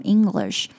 English